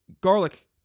garlic